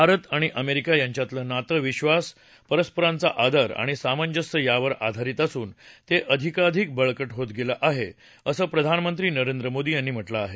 भारत आणि अमेरिका यांच्यातलं नातं विक्वास परस्परांचा आदर आणि सामंजस्य यावर आधारित असून ते अधिकाधिक बळकट होत गेलं आहे असं प्रधानमंत्री नरेंद्र मोदी यांनी म्हटलं आहे